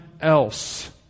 else